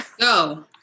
Go